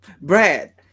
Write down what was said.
Brad